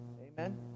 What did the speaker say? Amen